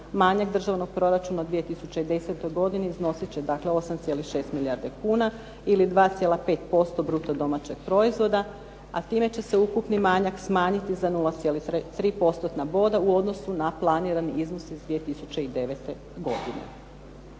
manjak državnog proračuna u 2010. godini iznosit će 8,6 milijardi kuna ili 2,5% bruto domaćeg proizvoda a time će se ukupni manjak smanjiti za 0,3%-tna boda u odnosu na planirani iznos iz 2009. godine.